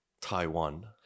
Taiwan